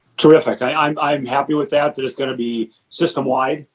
terrific. i'm i'm happy with that, that it's going to be system wide.